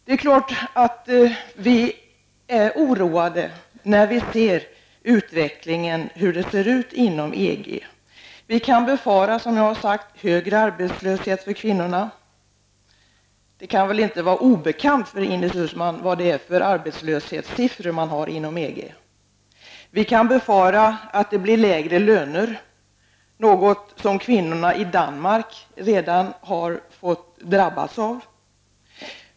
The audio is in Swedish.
Det är klart att vi blir oroade när vi ser utvecklingen och hur det ser ut inom EG. Vi kan befara, som jag har sagt, högre arbetslöshet för kvinnorna. Det kan väl inte vara obekant för Ines Uusmann vilka arbetslöshetssiffror man har inom EG. Vi kan befara att det blir lägre löner, något som kvinnorna i Danmark redan har drabbats av.